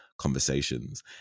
conversations